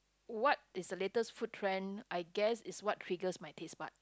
what is the latest food trend I guess is what triggers my taste bud